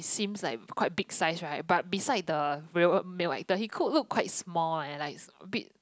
seems like quite big size right but beside the real meal llike he cook look quite small like a bit